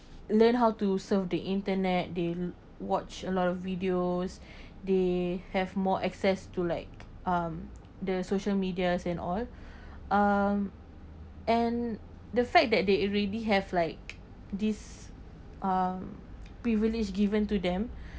learn how to surf the internet they watch a lot of videos they have more access to like um the social medias and all uh and the fact that they already have like this uh privilege given to them